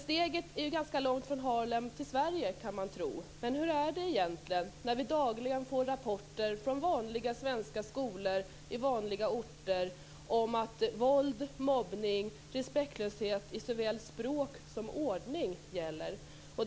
Steget är ganska långt från Harlem till Sverige, kan man tro. Men hur är det egentligen, när vi dagligen får rapporter från vanliga svenska skolor, i vanliga orter, om att våld, mobbning, respektlöshet i såväl språk som ordning gäller?